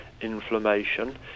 inflammation